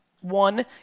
One